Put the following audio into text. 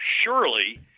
surely